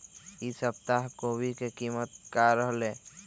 ई सप्ताह कोवी के कीमत की रहलै?